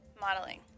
modeling